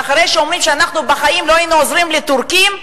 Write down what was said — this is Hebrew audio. ואחרי שאומרים שאנחנו בחיים לא היינו עוזרים לטורקים,